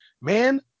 man